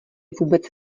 vůbec